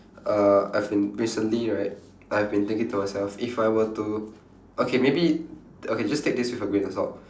uh as in recently right I've been thinking to myself if I were to okay maybe okay just take this with a grain of salt